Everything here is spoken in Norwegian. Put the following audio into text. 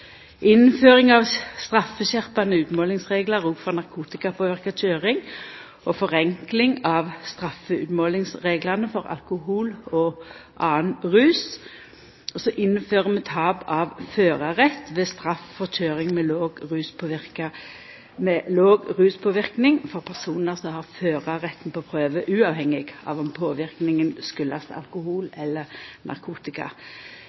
straffeskjerpande utmålingsreglar for narkotikapåverka kjøring og forenkling av straffeutmålingsreglane for alkohol og annan rus. Så innfører vi tap av førarrett ved straff for kjøring med låg ruspåverknad for personar som har førarretten på prøve, uavhengig av om påverknaden kjem av alkohol eller av narkotika.